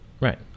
right